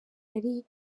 yari